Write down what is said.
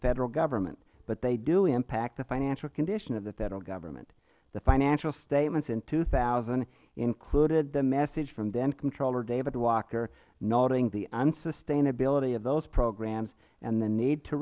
federal government but they do impact the financial condition of the federal government the financial statements in two thousand included the message from then comptroller david walker noting the unsustainability of those programs and the need to